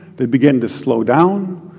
they begin to slow down,